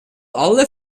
alle